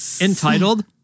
entitled